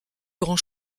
grand